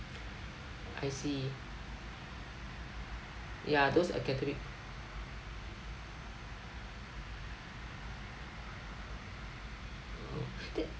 I see ya those did